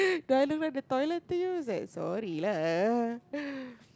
do I look like the toilet to you it's like sorry lah